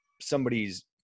somebody's